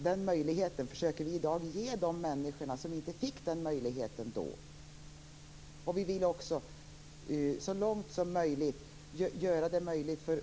Den möjligheten försöker vi i dag ge de människor som inte fick den då. Vi försöker så långt det går att göra det möjligt för